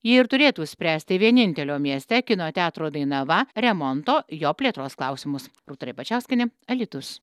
ji ir turėtų spręsti vienintelio mieste kino teatro dainava remonto jo plėtros klausimus rūta ribačiauskienė alytus